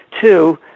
Two